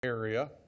area